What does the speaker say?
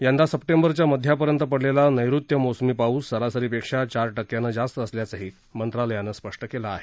यंदा सप्टेंबरच्या मध्यापर्यंत पडलेला नैऋत्य मोसमी पाऊस सरासरीपेक्षा चार टक्क्यानं जास्त असल्याचंही मंत्रालयानं म्हटलं आहे